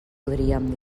podríem